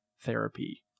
therapy